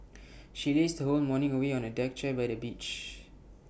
she lazed her whole morning away on A deck chair by the beach